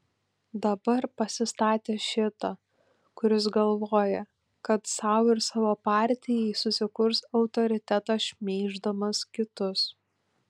dabar pasistatė šitą kuris galvoja kad sau ir savo partijai susikurs autoritetą šmeiždamas kitus